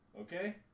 Okay